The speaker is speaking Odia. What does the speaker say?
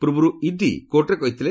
ପୂର୍ବରୁ ଇଡି କୋର୍ଟରେ କହିଥିଲେ